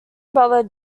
brother